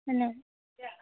সেনে